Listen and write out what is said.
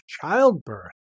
childbirth